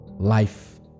life